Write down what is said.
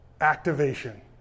activation